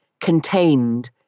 contained